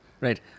right